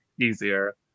easier